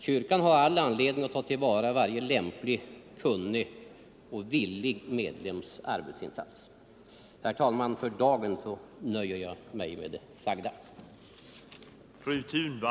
Kyrkan har all anledning ta till vara varje lämplig, kunnig och villig medlems arbetsinsats. Herr talman! För dagen nöjer jag mig med det sagda.